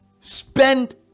spend